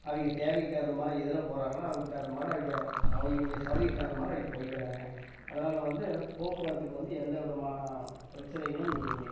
அவங்க தேவைக்கு தகுந்த மாதிரி எதில் போகறாங்களோ அதுக்கு தகுந்த மாதிரி அவங்க அவங்களுடைய சவுரியத்துக்கு தகுந்த மாதிரி அவங்க போய்க்கிறாங்க அதனால் வந்து போக்குவரத்துக்கு வந்து எந்த விதமான பிரச்சனைகளும் இல்லைங்க